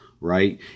right